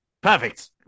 Perfect